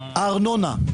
הארנונה.